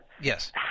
Yes